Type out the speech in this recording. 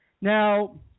Now